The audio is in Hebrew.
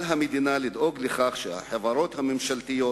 על המדינה לדאוג לכך שהחברות הממשלתיות,